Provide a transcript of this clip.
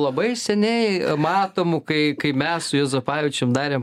labai seniai matomu kai kai mes su juozapavičium darėm